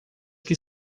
que